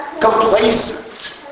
complacent